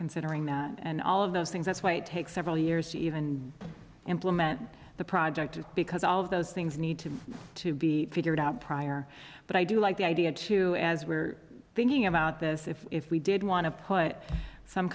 considering and all of those things that's why it takes several years to even implement the project because all of those things need to to be figured out prior but i do like the idea too as we're thinking about this if we did want to put some